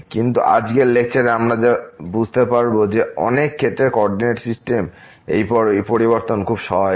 কিন্তু আজকের লেকচারে আমরা যা বুঝতে পারব যে অনেক ক্ষেত্রে কো অর্ডিনেট সিস্টেম এই পরিবর্তন খুবই সহায়ক